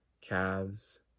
calves